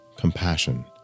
compassion